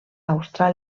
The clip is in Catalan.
austràlia